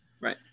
Right